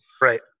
Right